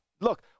look